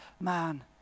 man